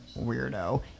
Weirdo